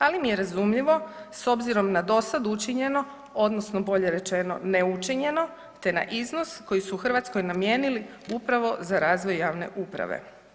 Ali mi je razumljivo s obzirom na dosad učinjeno odnosno bolje rečeno neučinjeno te na iznos koji su Hrvatskoj namijenili upravo za razvoj javne uprave.